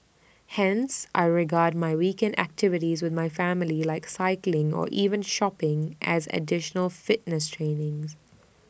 hence I regard my weekend activities with my family like cycling or even shopping as additional fitness training